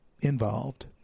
involved